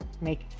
make